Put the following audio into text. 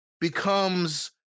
becomes